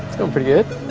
pretty good.